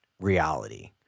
reality